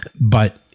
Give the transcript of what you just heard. But-